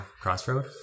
crossroad